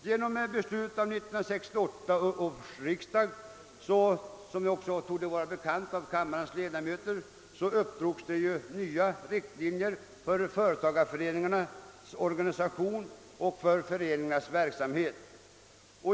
Genom beslut av 1968 års riksdag — som också torde vara bekant för kammarens ledamöter — uppdrogs nya riktlinjer för företagareföreningarnas organisation och verksamhet.